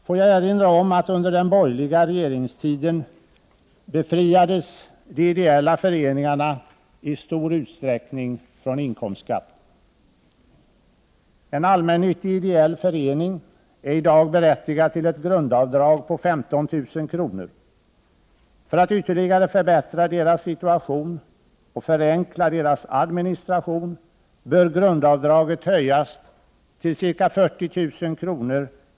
Låt mig erinra om att under den borgerliga regeringstiden befriades de ideella föreningarna i stor utsträckning från inkomstskatt. En allmännyttig ideell förening är i dag berättigad till ett grundavdrag på 15 000 kr. För att ytterligare förbättra föreningarnas situation och förenkla deras administration bör grundavdraget höjas till ca 40 000 kr.